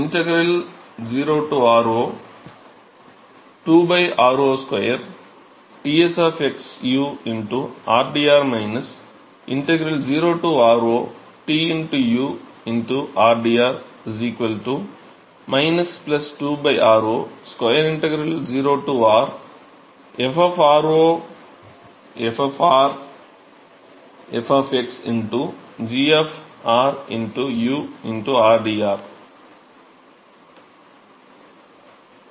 integral 0 r0 2 r0 2 Ts u rdr integral 0 r0 T u rdr 2 r0 square integral 0 r f f of f g u rdr